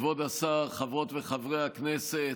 כבוד השר, חברות וחברי הכנסת,